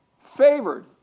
favored